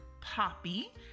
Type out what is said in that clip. Poppy